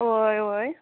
हय हय